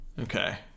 Okay